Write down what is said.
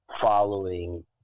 following